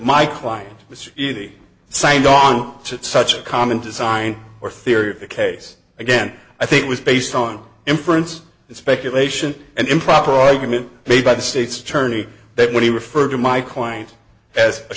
my client was he signed on to such a common design or theory of the case again i think was based on inference speculation and improper argument made by the state's attorney that when he referred to my client as